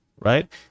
Right